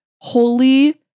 holy